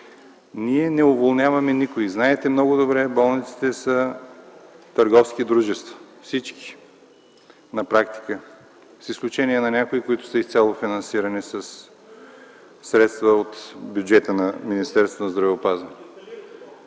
Ние не уволняваме никой. Знаете много добре, болниците са търговски дружества – всички на практика, с изключение на някои, които са изцяло финансирани със средства от бюджета на Министерството на здравеопазването.